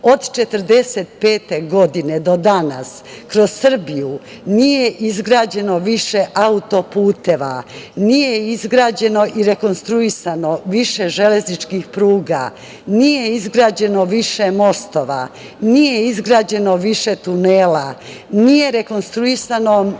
1945. godine do danas kroz Srbiju nije izgrađeno više autoputeva, nije izgrađeno i rekonstruisano više železničkih pruga, nije izgrađeno više mostova, nije izgrađeno više tunela, nije rekonstruisano i